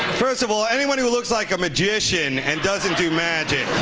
first of all, anyone who looks like a magician and doesn't do magic,